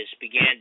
began